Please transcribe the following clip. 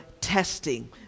testing